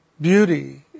beauty